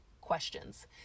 questions